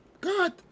God